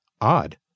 Odd